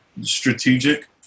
strategic